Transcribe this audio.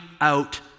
out